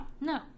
No